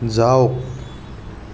যাওক